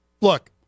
look